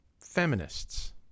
feminists